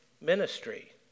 ministry